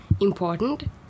important